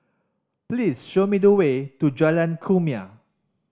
please show me the way to Jalan Kumia